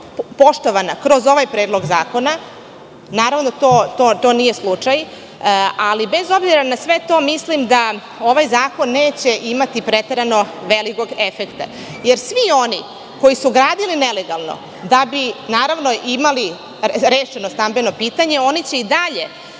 poštovana kroz ovaj Predlog zakona, naravno to nije slučaj. Ali bez obzira na sve to mislim da ovaj zakon neće imati preterano velikog efekta. Jer, svi oni koji su gradili nelegalno da bi imali rešeno stambeno pitanje, oni će i dalje